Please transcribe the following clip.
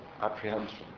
apprehension